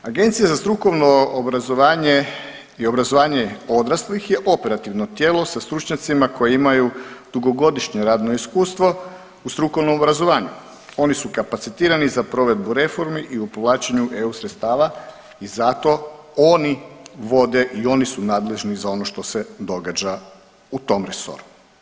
Recimo, Agencija za strukovno obrazovanje i obrazovanje odraslih je operativno tijelo sa stručnjacima koji imaju dugogodišnje radno iskustvo u strukovnom obrazovanju, oni su kapacitirani za provedbu reformi i u povlačenju EU sredstava i zato oni vode i oni su nadležni za ono što se događa u tom resoru.